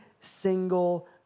single